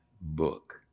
book